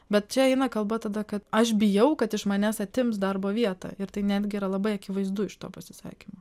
bet čia eina kalba tada kad aš bijau kad iš manęs atims darbo vietą ir tai netgi yra labai akivaizdu iš to pasisakymo